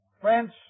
French